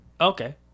Okay